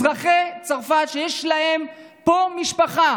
אזרחי צרפת שיש להם פה משפחה,